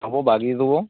তবু লাগিয়ে দেবো